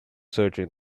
searching